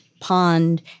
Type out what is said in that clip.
pond